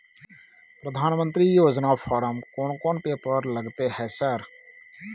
प्रधानमंत्री योजना फारम कोन कोन पेपर लगतै है सर?